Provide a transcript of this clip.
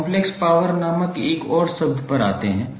अब complex power नामक एक और शब्द पर आते हैं